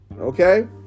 Okay